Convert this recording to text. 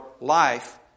life